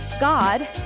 God